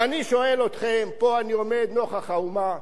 ואני שואל אתכם, פה אני עומד, נוכח האומה,